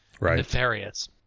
nefarious